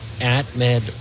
AtMed